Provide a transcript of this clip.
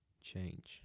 change